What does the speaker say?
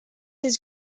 his